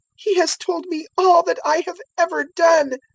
he has told me all that i have ever done.